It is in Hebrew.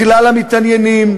לכלל המתעניינים,